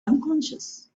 unconscious